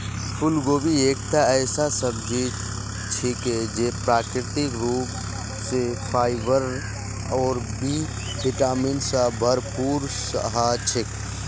फूलगोभी एकता ऐसा सब्जी छिके जे प्राकृतिक रूप स फाइबर और बी विटामिन स भरपूर ह छेक